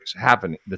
happening